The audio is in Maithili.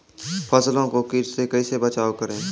फसलों को कीट से कैसे बचाव करें?